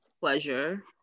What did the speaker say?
pleasure